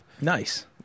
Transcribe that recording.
Nice